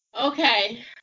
Okay